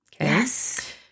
Yes